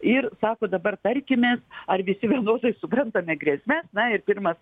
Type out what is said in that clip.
ir sako dabar tarkimės ar visi vienodai suprantame grėsmas na ir pirmas